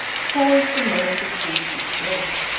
caused the most acute distress.